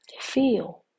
feel